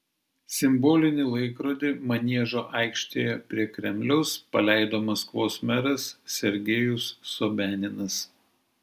simbolinį laikrodį maniežo aikštėje prie kremliaus paleido maskvos meras sergejus sobianinas